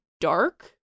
dark